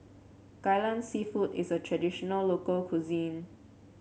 Kai Lan seafood is a traditional local cuisine